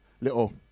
Little